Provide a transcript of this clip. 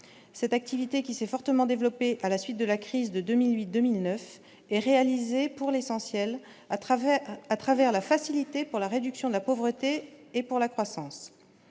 cette activité qui s'est fortement développé à la suite de la crise de 2008 2009 et réalisée pour l'essentiel à travers à travers la facilité pour la réduction de la pauvreté et pour la croissance,